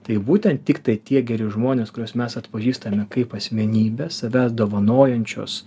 tai būtent tiktai tie geri žmonės kuriuos mes atpažįstame kaip asmenybes save dovanojančius